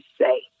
say